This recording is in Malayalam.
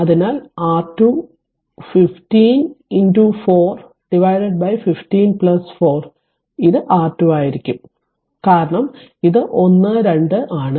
അതിനാൽ R2 15 4 15 4 അത് r R2 ആയിരിക്കും കാരണം ഇത് 1 2 ആണ്